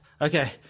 Okay